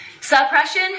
Suppression